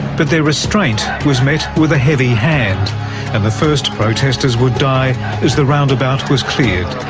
but their restraint was met with a heavy hand and the first protestors would die as the roundabout was cleared.